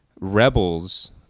rebels